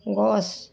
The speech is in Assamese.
গছ